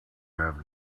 have